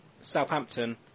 Southampton